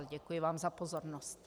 Děkuji vám za pozornost.